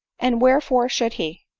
and wherefore should he?